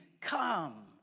Come